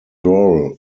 roll